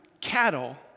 cattle